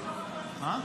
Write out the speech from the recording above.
בפרקים.